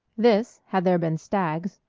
this, had there been stags,